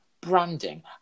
branding